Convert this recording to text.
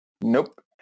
Nope